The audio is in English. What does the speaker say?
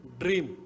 dream